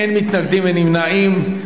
אין מתנגדים, אין נמנעים.